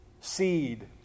seed